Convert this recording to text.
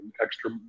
extra